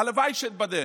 הלוואי שאתבדה.